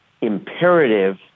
imperative